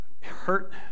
hurt